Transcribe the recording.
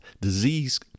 disease